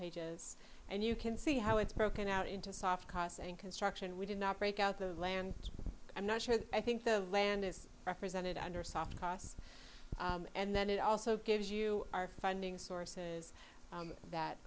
pages and you can see how it's broken out into soft costs and construction we did not break out the land i'm not sure i think the land is represented under soft costs and then it also gives you our funding sources that